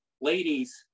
ladies